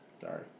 Sorry